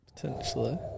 Potentially